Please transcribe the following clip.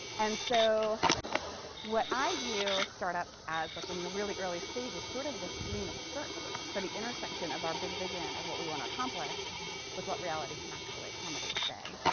and so what i view startups as like when you're really early stages sort of doing the search for the intersection of our big vision of what we want to accomplish with what reality can actually accommodate today.